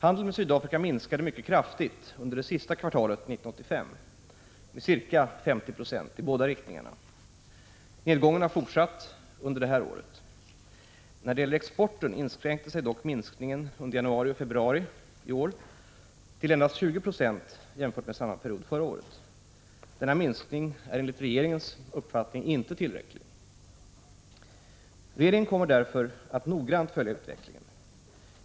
Handeln med Sydafrika minskade mycket kraftigt under det sista kvartalet 1985, med ca 50 90 i båda riktningarna. Nedgången har fortsatt under innevarande år. När det gäller exporten inskränkte sig dock minskningen under januari och februari till endast 20 70 jämfört med samma period förra året. Denna minskning är enligt regeringens uppfattning inte tillräcklig. Regeringen kommer därför att noggrant följa utvecklingen.